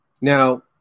Now